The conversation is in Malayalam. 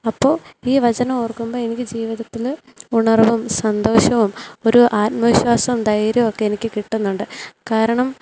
അപ്പോൾ ഈ വചനം ഓർക്കുമ്പം എനിക്ക് ജീവിതത്തിൽ ഉണർവും സന്തോഷവും ഒരു ആത്മവിശ്വാസവും ധൈര്യമൊക്കെ എനിക്ക് കിട്ടുന്നുണ്ട് കാരണം